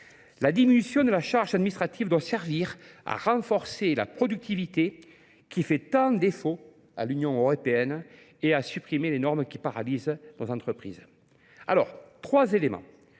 La diminution de la charge administrative doit servir à renforcer la productivité qui fait tant défaut à l'Union européenne et à supprimer les normes qui paralysent nos entreprises. Alors, trois éléments.